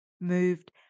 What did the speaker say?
moved